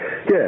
Yes